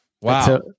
Wow